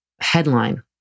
headline